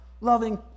loving